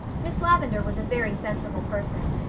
miss lavendar was a very sensible person,